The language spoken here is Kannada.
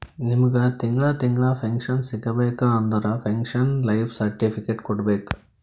ನಿಮ್ಮಗ್ ತಿಂಗಳಾ ತಿಂಗಳಾ ಪೆನ್ಶನ್ ಸಿಗಬೇಕ ಅಂದುರ್ ಪೆನ್ಶನ್ ಲೈಫ್ ಸರ್ಟಿಫಿಕೇಟ್ ಕೊಡ್ಬೇಕ್